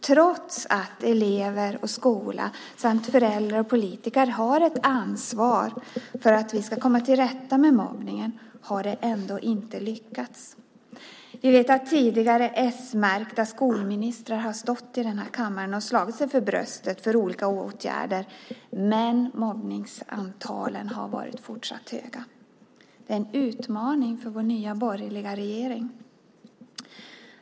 Trots att elever och skola samt föräldrar och politiker har ett ansvar för att vi ska komma till rätta med mobbningen har det inte lyckats. Vi vet att tidigare s-märkta skolministrar har stått i denna kammare och slagit sig för bröstet för olika åtgärder. Men mobbningstalen har varit fortsatt höga. Detta är en utmaning för vår nya borgerliga regering.